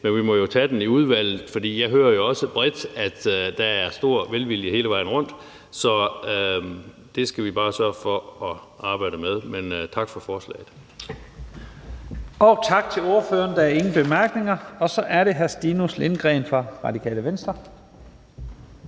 men vi må jo tage det i udvalget, for jeg hører også, at der er stor velvilje hele vejen rundt. Så det skal vi bare sørge for at arbejde med. Men tak for forslaget. Kl. 11:14 Første næstformand (Leif Lahn Jensen): Tak til ordføreren. Der er ingen korte bemærkninger. Så er det hr. Stinus Lindgreen fra Radikale Venstre.